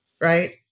right